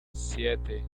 siete